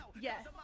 Yes